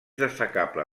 destacable